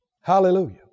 Hallelujah